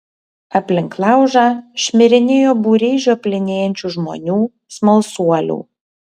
aplink laužą šmirinėjo būriai žioplinėjančių žmonių smalsuolių